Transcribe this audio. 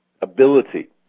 ability